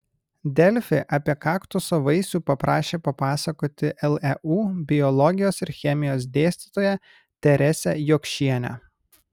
delfi apie kaktuso vaisių paprašė papasakoti leu biologijos ir chemijos dėstytoją teresę jokšienę